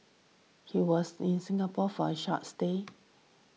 he was in Singapore for a short stay